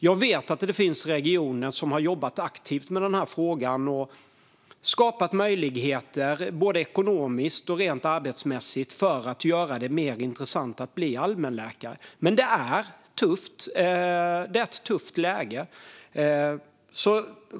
Jag vet att det finns regioner som har jobbat aktivt med den här frågan och skapat möjligheter, både ekonomiskt och rent arbetsmässigt, för att göra det mer intressant att bli allmänläkare. Men det är ett tufft läge.